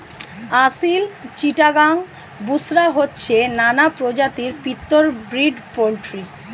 আসিল, চিটাগাং, বুশরা হচ্ছে নানা প্রজাতির পিওর ব্রিড পোল্ট্রি